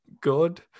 good